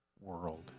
world